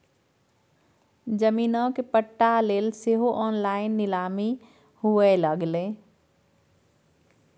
जमीनक पट्टा लेल सेहो ऑनलाइन नीलामी हुअए लागलै